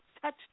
Touch